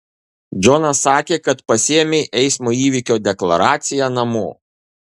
džonas sakė kad pasiėmei eismo įvykio deklaraciją namo